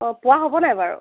অঁ পোৱা হ'ব নাই বাৰু